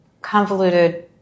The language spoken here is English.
convoluted